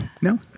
No